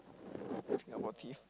Singapore thief